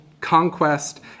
conquest